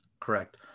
Correct